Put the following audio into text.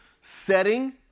setting